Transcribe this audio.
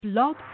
Blog